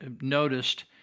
noticed